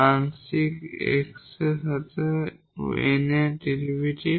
আংশিক x এর সাপেক্ষে N এর ডেরিভেটিভ